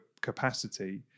capacity